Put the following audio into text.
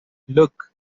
look